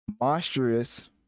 monstrous